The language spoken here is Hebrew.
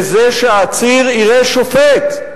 בזה שהעציר יראה שופט,